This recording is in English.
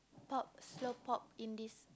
pop slow pop Indies